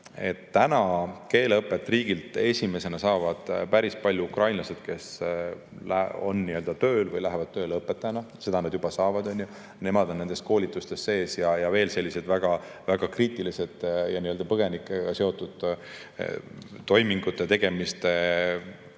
saavad keeleõpet riigilt esimesena päris paljud ukrainlased, kes on tööl või lähevad tööle õpetajana. Nad juba seda saavad, nemad on nendes koolitustes sees. Ka sellistel väga kriitilistel ja põgenikega seotud toimingute tegemiste